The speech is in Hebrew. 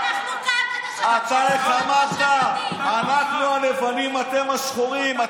אנחנו הלבנים, אתם השחורים.